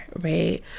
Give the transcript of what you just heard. right